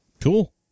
Cool